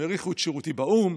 הם העריכו את שירותי באו"ם,